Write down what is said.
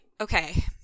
Okay